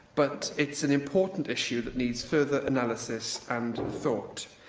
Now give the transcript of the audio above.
but it's an important issue that needs further analysis and thought.